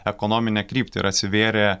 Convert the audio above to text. ekonominę kryptį ir atsivėrė